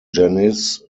janice